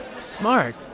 Smart